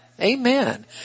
Amen